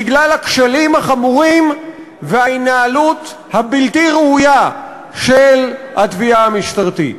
בגלל הכשלים החמורים וההינעלות הבלתי-ראויה של התביעה המשטרתית.